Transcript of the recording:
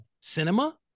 cinema